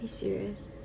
are you serious